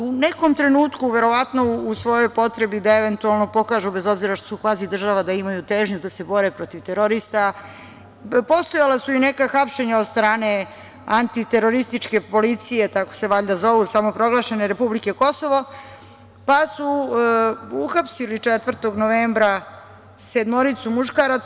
U nekom trenutku verovatno u svojoj potrebi da eventualno pokažu bez obzira što su kvazi država da imaju težnju da se bore protiv terorista, postojala su i neka hapšenja od strane antiterorističke policije, tako se valjda zovu, samoproglašene republike Kosovo, pa su uhapsili 4. novembra sedmoricu muškara.